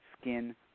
skin